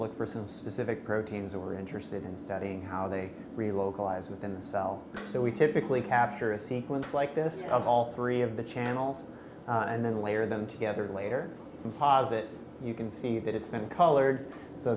look for some specific proteins that we're interested in studying how they relocate lives within the cell so we typically capture a sequence like this of all three of the channels and then layer them together later and posit you can see that it's been colored so